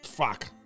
Fuck